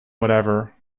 whatever